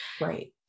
Right